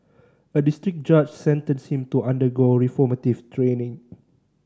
a district judge sentenced him to undergo reformative training